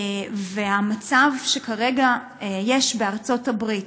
והמצב כרגע בארצות-הברית.